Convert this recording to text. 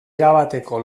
erabateko